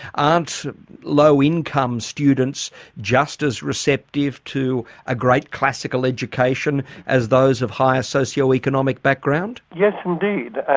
aren't low income students just as receptive to a great classical education as those of higher socio-economic background? yes indeed,